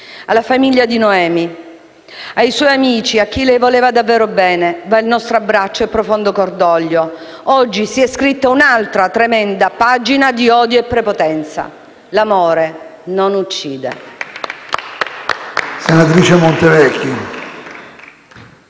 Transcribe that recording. Alla famiglia di Noemi, ai suoi amici e a chi le voleva davvero ben va il nostro abbraccio e il profondo cordoglio. Oggi si è scritta un'altra tremenda pagina di odio e prepotenza. L'amore non uccide.